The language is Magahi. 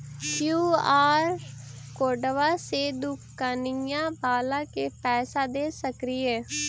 कियु.आर कोडबा से दुकनिया बाला के पैसा दे सक्रिय?